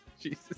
Jesus